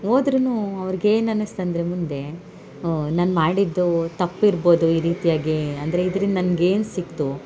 ಹೋದ್ರುನೂ ಅವ್ರ್ಗೆ ಏನು ಅನಸ್ತು ಅಂದರೆ ಮುಂದೆ ಓ ನಾನು ಮಾಡಿದ್ದು ತಪ್ಪು ಇರ್ಬೋದು ಈ ರೀತಿಯಾಗಿ ಅಂದರೆ ಇದ್ರಿಂದ ನನಗೆ ಏನು ಸಿಕ್ಕಿತು